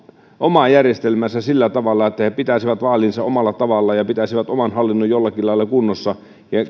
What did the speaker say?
omaa järjestelmäänsä että he pitäisivät vaalinsa omalla tavallaan ja pitäisivät oman hallintonsa jollakin lailla kunnossa ja